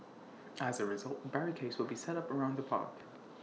as A result barricades will be set up around the park